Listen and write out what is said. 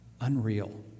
unreal